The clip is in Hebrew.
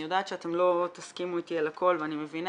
אני יודעת שאתם לא תסכימו איתי על הכול ואני מבינה.